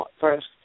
first